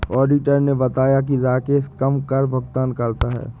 auditor ने बताया कि राकेश कम कर भुगतान करता है